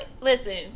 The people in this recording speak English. listen